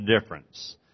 difference